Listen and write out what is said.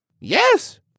Yes